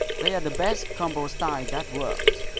they are the best combo-style that worked!